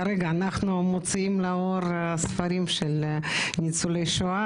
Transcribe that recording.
כרגע אנחנו מוציאים לאור ספרים של ניצולי שואה,